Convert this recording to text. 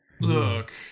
Look